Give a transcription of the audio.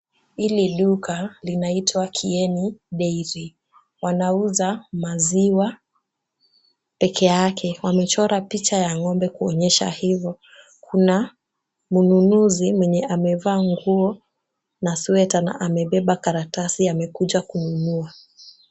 Hili duka linaitwa Kieni Dairy, wanauza maziwa pekeyake. Wamechora picha ya ng'ombe kuonyesha hivyo. Kuna mnunuzi mwenye amevaa nguo na sweta na amebeba karatasi amekuja kununua.